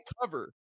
cover